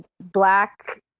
Black